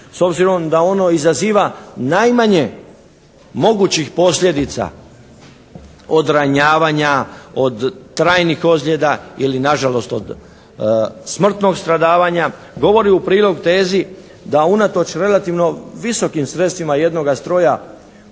s obzirom da ono izaziva najmanje mogućih posljedica od ranjavanja, od trajnih ozljeda ili na žalost od smrtnog stradavanja, govori u prilog tezi da unatoč relativno visokim sredstvima jednoga stroja